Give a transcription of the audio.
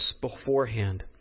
beforehand